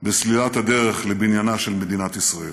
בסלילת הדרך לבניינה של מדינת ישראל.